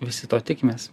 visi to tikimės